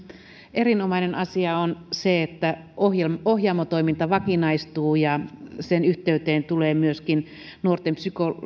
erinomainen asia on se että ohjaamo ohjaamo toiminta vakinaistuu ja sen yhteyteen tulee myöskin nuorten